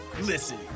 Listen